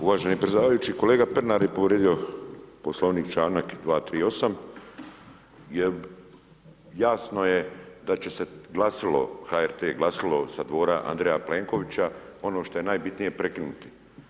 Uvaženi predsjedavajući, kolega Pernar je povrijedio poslovnik čl. 238. jer jasno je da će se glasilo, HRT glasilo sa dvora Andreja Plenkovića ono što je najbitnije prekinuti.